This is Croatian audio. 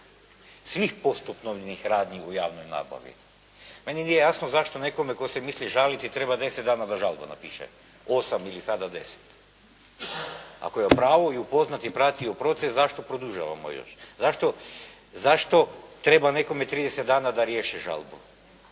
se ne razumije./… radnji u javnoj nabavi. Meni nije jasno zašto nekome tko se misli žaliti treba 10 dana da žalbu napiše, 8 ili sada 10, ako je u pravu i upoznati, prati ju proces, zašto produžavamo još? Zašto treba nekome 30 dana da riješi žalbu?